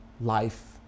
life